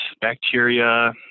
bacteria